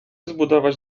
zbudować